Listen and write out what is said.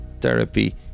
therapy